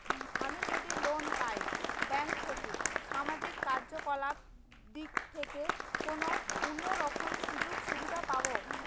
আমি যদি লোন পাই ব্যাংক থেকে সামাজিক কার্যকলাপ দিক থেকে কোনো অন্য রকম সুযোগ সুবিধা পাবো?